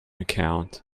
account